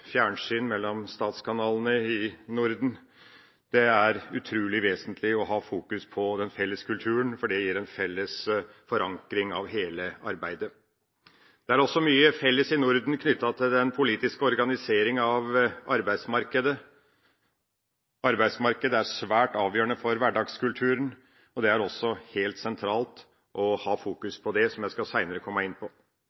fjernsyn mellom statskanalene i Norden. Det er utrolig vesentlig å fokusere på den felles kulturen, for det gir en felles forankring av hele arbeidet. Det er også mye felles i Norden knyttet til den politiske organiseringa av arbeidsmarkedet. Arbeidsmarkedet er svært avgjørende for hverdagskulturen, og det er også helt sentralt å